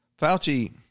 Fauci